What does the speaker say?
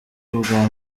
ubwa